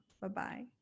bye-bye